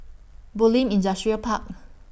Bulim Industrial Park